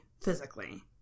physically